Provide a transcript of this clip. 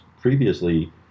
previously